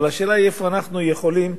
אבל השאלה היא איפה אנחנו יכולים,